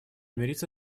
мириться